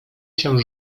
się